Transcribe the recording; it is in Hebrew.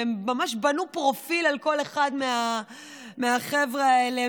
הם ממש בנו פרופיל על כל אחד מהחבר'ה האלה,